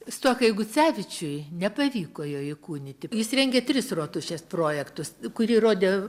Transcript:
stuokai gucevičiui nepavyko jo įkūnyti jis rengė tris rotušės projektus kurį rodė